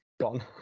Gone